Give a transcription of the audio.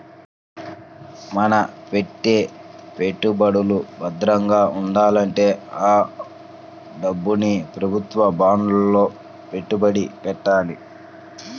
మన పెట్టే పెట్టుబడులు భద్రంగా ఉండాలంటే ఆ డబ్బుని ప్రభుత్వ బాండ్లలో పెట్టుబడి పెట్టాలి